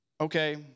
okay